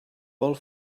pel